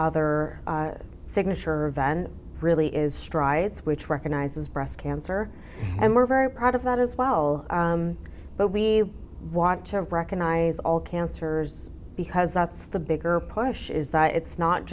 other signature event really is strides which recognizes breast cancer and we're very proud of that as well but we want to recognize all cancers because that's the bigger push is that it's not